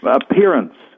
appearance